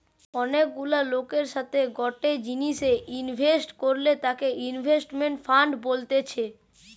অনেক গুলা লোকের সাথে গটে জিনিসে ইনভেস্ট করলে তাকে ইনভেস্টমেন্ট ফান্ড বলতেছে